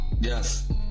Yes